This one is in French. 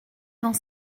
dans